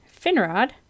Finrod